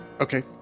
Okay